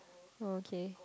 okay